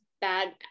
bad